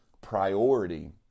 priority